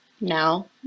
now